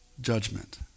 judgment